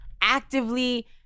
actively—